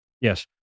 Yes